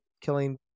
killing